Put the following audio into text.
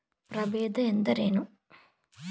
ಪ್ರಭೇದ ಎಂದರೇನು?